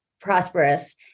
prosperous